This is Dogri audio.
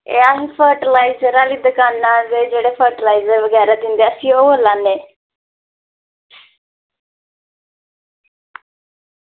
एह् अं'ऊ फर्टीलाईज़र आह्ली दुकानां ते जेह्ड़े फर्टीलाईज़र बगैरा दिन्ने अस ओह् बोल्ला नै